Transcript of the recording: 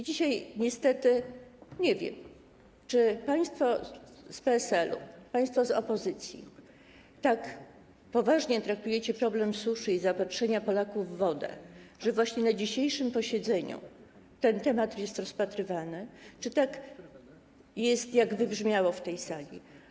Dzisiaj niestety nie wiem, czy państwo z PSL-u, państwo z opozycji tak poważnie traktujecie problem suszy i zaopatrzenia Polaków w wodę, że właśnie na dzisiejszym posiedzeniu ten temat jest rozpatrywany, czy jest tak, jak wybrzmiało to w tej sali.